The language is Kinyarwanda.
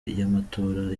y’amatora